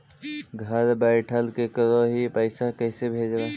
घर बैठल केकरो ही पैसा कैसे भेजबइ?